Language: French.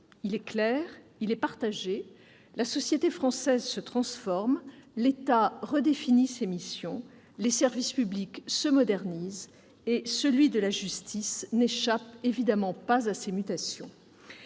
il est clair, il est partagé. La société française se transforme, l'État redéfinit ses missions, les services publics se modernisent, et celui de la justice n'échappe évidemment pas à ces mutations.